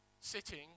sitting